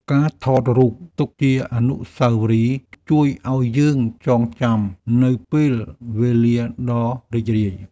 ការថតរូបទុកជាអនុស្សាវរីយ៍ ជួយឱ្យយើងចងចាំនូវពេលវេលាដ៏រីករាយ។